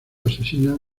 asesinan